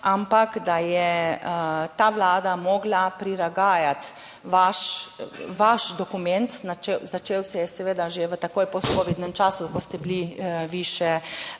ampak, da je ta Vlada morala prilagajati vaš, vaš dokument, začel se je seveda že takoj po covidnem času, ko ste bili vi še